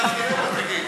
ואז נראה מה תגיד.